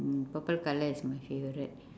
mm purple colour is my favourite